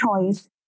choice